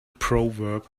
proverb